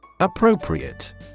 appropriate